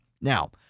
Now